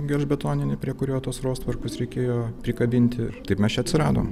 gelžbetoninį prie kurio tuos rostverkus reikėjo prikabinti taip mes čia atsiradom